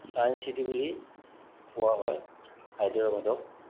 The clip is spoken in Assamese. ছায়েন্স চিটি বুলি কোৱা হয় হায়দৰাবাদক